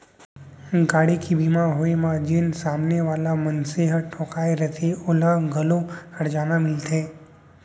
गाड़ी के बीमा होय म जेन सामने वाला मनसे ह ठोंकाय रथे ओला घलौ हरजाना मिलथे